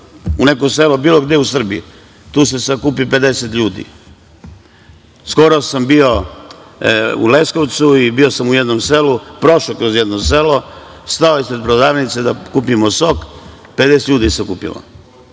u neko selo bilo gde u Srbiji, tu se sakupi 50 ljudi. Skoro sam bio u Leskovcu i bio sam u jednom selu, prošao kroz jedno selo, stao ispred prodavnice da kupimo sok, 50 ljudi se okupilo.